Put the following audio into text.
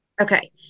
Okay